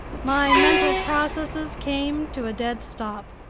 my mental processes came to a dead stop.